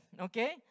okay